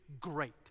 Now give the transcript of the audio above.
great